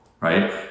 right